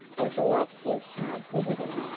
and to let him have liberty,